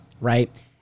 right